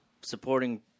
supporting